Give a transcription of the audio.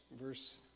verse